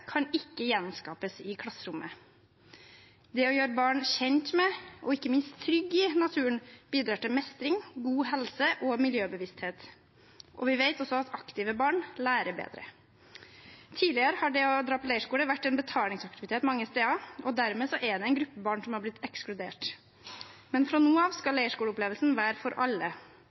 kan ikke gjenskapes i klasserommet. Det å gjøre barn kjent med og ikke minst trygge i naturen, bidrar til mestring, god helse og miljøbevissthet. Og vi vet også at aktive barn lærer bedre. Tidligere har det å dra på leirskole vært en betalingsaktivitet mange steder, og dermed er det en gruppe barn som har blitt ekskludert, men fra nå av skal leirskoleopplevelsen være for alle.